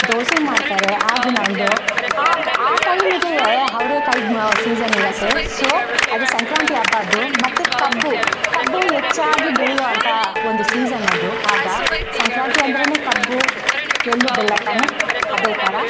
ದೋಸೆ ಮಾಡ್ತಾರೆ ಆಗಿನ ಒಂದು ಹಾಗೆ ಆ ಟೈಮಿಗೆಯೇ ಅವ್ರೇಕಾಯಿ ಮ ಸೀಸನ್ ಇರುತ್ತೆ ಸೋ ಅದು ಸಂಕ್ರಾಂತಿ ಹಬ್ಬದ್ದು ಮತ್ತೆ ಕಬ್ಬು ಕಬ್ಬು ಹೆಚ್ಚಾಗಿ ಬೆಳೆಯುವಂಥ ಒಂದು ಸೀಸನ್ ಅದು ಆಗ ಸಂಕ್ರಾಂತಿ ಅಂದ್ರೆಯೇ ಕಬ್ಬು ಎಳ್ಳು ಬೆಲ್ಲ ತಾನೆ ಅದೇ ಥರ